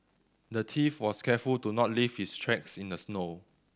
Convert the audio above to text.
the thief was careful to not leave his tracks in the snow